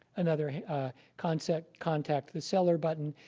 another contact contact the seller button,